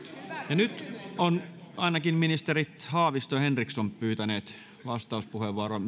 nyt ovat ministerit haavisto henriksson ja ohisalo pyytäneet vastauspuheenvuoron